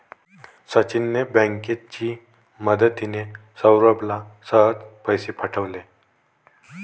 सचिनने बँकेची मदतिने, सौरभला सहज पैसे पाठवले